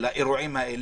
נסיבות שנאלץ